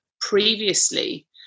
previously